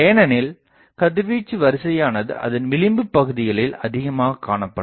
ஏனெனில் கதிர்வீச்சு வரிசையானது அதன் விளிம்பு பகுதிகளில் அதிகமாகக் காணப்படும்